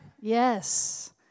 Yes